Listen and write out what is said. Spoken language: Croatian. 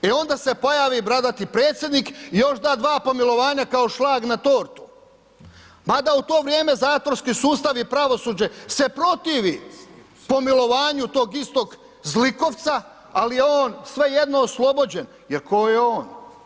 E onda se pojavi bradati Predsjednik i još da dva pomilovanja kao šlag na tortu mada u to vrijeme zatvorski sustav i pravosuđe se protivi pomilovanju tog istog zlikovca ali je on svejedno oslobođen jer tko je on?